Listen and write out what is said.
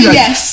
yes